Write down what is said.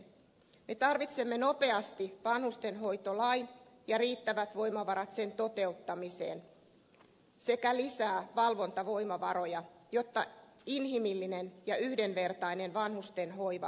me tarvitsemme nopeasti vanhustenhoitolain ja riittävät voimavarat sen toteuttamiseen sekä lisää valvontavoimavaroja jotta inhimillinen ja yhdenvertainen vanhustenhoiva voi toteutua